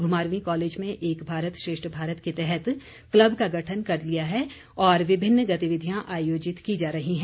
Ghumarwin college में एक भारत श्रेष्ठ भारत के तहत क्लब का गठन कर लिया है और विभिन्न गतिविधियां आयोजित की जा रही हैं